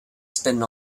spin